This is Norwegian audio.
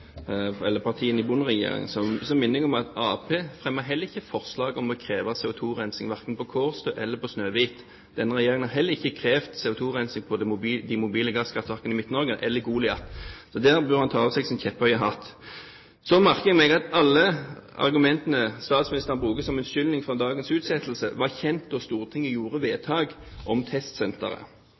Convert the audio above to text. minner jeg om at Arbeiderpartiet fremmet heller ikke forslag om å kreve CO2-rensing, verken på Kårstø eller på Snøhvit. Denne regjeringen har heller ikke krevd CO2-rensing på de mobile gasskraftverkene i Midt-Norge eller på Goliat. Så der bør han ta av seg sin kjepphøye hatt. Så merker jeg meg at alle argumentene statsministeren bruker som unnskyldning for dagens utsettelse, var kjent da Stortinget gjorde vedtak om testsenteret.